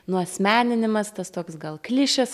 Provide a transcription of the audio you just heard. nuasmeninimas tas toks gal klišės